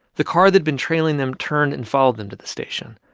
the car that had been trailing them turned and followed them to the station.